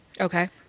Okay